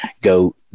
go